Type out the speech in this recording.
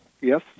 Yes